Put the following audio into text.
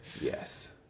Yes